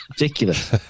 ridiculous